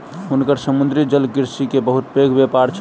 हुनकर समुद्री जलकृषि के बहुत पैघ व्यापार छल